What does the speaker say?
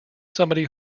somebody